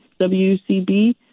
WCB